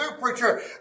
preacher